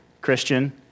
Christian